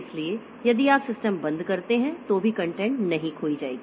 इसलिए यदि आप सिस्टम बंद करते हैं तो भी कंटेंट नहीं खोई जाएगी